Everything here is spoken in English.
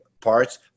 parts